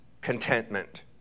contentment